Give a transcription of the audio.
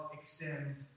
extends